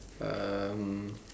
um